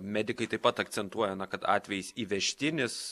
medikai taip pat akcentuoja na kad atvejis įvežtinis